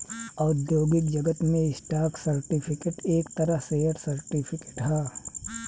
औद्योगिक जगत में स्टॉक सर्टिफिकेट एक तरह शेयर सर्टिफिकेट ह